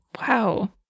Wow